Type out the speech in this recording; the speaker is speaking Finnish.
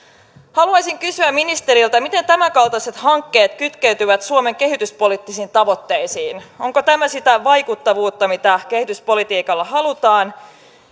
haluaisin kysyä ministeriltä miten tämänkaltaiset hankkeet kytkeytyvät suomen kehityspoliittisiin tavoitteisiin onko tämä sitä vaikuttavuutta mitä kehityspolitiikalla halutaan